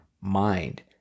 mind